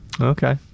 Okay